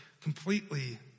completely